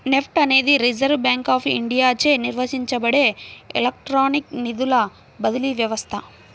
NEFT అనేది reserve bank of ఇండియాచే నిర్వహించబడే ఎలక్ట్రానిక్ నిధుల బదిలీ వ్యవస్థ